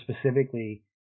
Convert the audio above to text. specifically